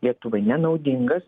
lietuvai nenaudingas